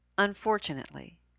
Unfortunately